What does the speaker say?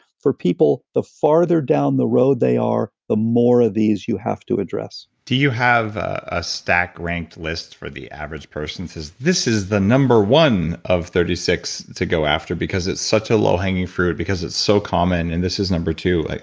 for people, the farther the road they are the more of these you have to address do you have a stack ranked list for the average person that says, this is the number one of thirty six to go after, because it's such a low-hanging fruit, because it's so common and this is number two. like